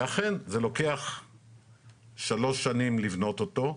אכן זה לוקח שלוש שנים לבנות אותו,